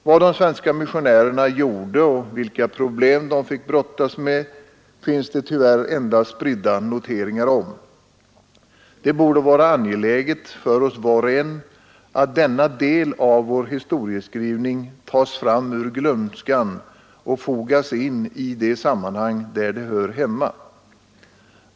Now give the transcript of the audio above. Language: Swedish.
Vad de svenska missionärerna gjorde och vilka problem de fick brottas med finns det tyvärr endast spridda noteringar om. Det borde vara angeläget för oss var och en att denna del av vår historieskrivning tas fram ur glömskan och fogas in i det sammanhang där den hör hemma.